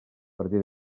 partir